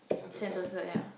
Sentosa ya